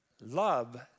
Love